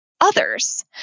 others